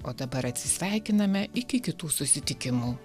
o dabar atsisveikiname iki kitų susitikimų